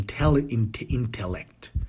intellect